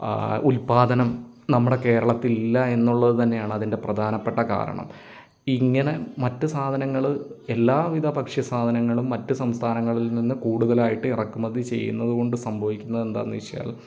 ഉൽപാദനം നമ്മുടെ കേരളത്തിൽ ഇല്ല എന്നുള്ളത് തന്നെയാണ് അതിൻ്റെ പ്രധാനപ്പെട്ട കാരണം ഇങ്ങനെ മറ്റ് സാധനങ്ങൾ എല്ലാവിധ ഭക്ഷ്യ സാധനങ്ങളും മറ്റു സംസ്ഥാനങ്ങളിൽ നിന്ന് കൂടുതലായിട്ട് ഇറക്കുമതി ചെയ്യുന്നതു കൊണ്ട് സംഭവിക്കുന്നത് എന്താണെന്ന് വെച്ചാൽ